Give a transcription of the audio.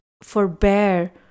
forbear